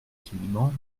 caliban